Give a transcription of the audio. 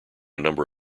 number